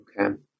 Okay